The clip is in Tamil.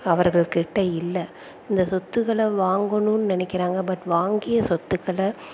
அவர்கள் கிட்ட இல்லை இந்த சொத்துகளை வாங்கணுன்னு நினக்கிறாங்க பட் வாங்கிய சொத்துக்களை